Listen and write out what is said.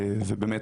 ובאמת,